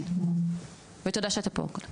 כן, ותודה שאתה פה.